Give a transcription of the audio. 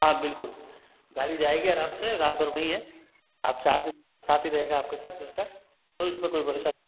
हाँ बिल्कुल गाड़ी जाएगी आराम से रात भर वहीं है आप साथ ही रहेगा आपके साथ उसका उसमे कोई परेशानी